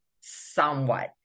somewhat